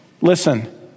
Listen